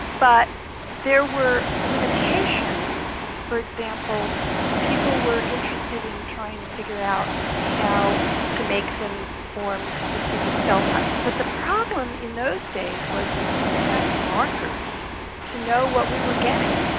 but there were limitations for example people were interested in trying to figure out how to make them form specific cell types. but the problem in those days was we didn't have the markers to know what we were getting,